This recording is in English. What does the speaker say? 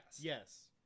Yes